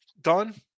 done